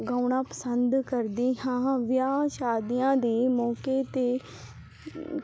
ਗਾਉਣਾ ਪਸੰਦ ਕਰਦੀ ਹਾਂ ਵਿਆਹ ਸ਼ਾਦੀਆਂ ਦੇ ਮੌਕੇ ਤੇ